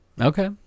Okay